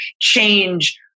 change